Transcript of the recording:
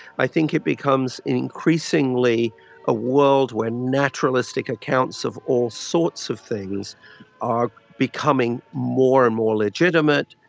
i think it becomes increasingly a world where naturalistic accounts of all sorts of things are becoming more and more legitimate,